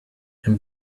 and